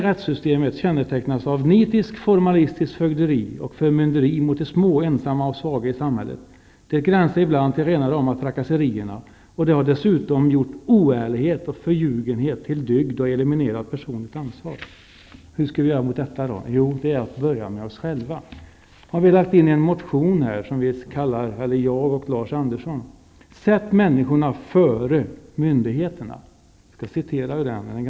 Rättssystemet kännetecknas av nitiskt, formalistiskt fögderi och förmynderi mot de små, ensamma och svaga i samhället. Det gränsar ibland till rena rama trakasserierna. Det har dessutom gjort oärlighet och förljugenhet till dygd och eliminerat personligt ansvar. Vad skall vi då göra mot detta? Jo, vi skall börja med oss själva. Lars Andersson och jag har väckt en motion där vi säger: Sätt människorna före myndigheterna! Motionen är ganska kort.